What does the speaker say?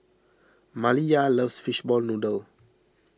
Maliyah loves Fishball Noodle